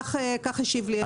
כך השיב לי השר יצחק לוי.